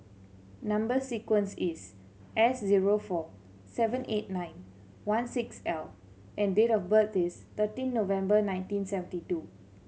number sequence is S zero four seven eight nine one six L and date of birth is thirteen November nineteen seventy two